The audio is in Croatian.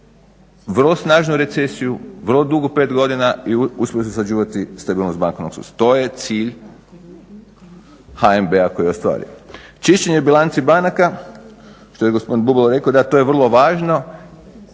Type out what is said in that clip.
vrlo snažnu recesiju, vrlo dugu, 5 godina i uspjeli smo sačuvati stabilnost bankovnog sustava. To je cilj HNB-a koji je ostvario. Čišćenje bilanci banaka, što je gospodin Bubalo rekao, da to je vrlo važno